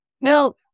No